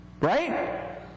Right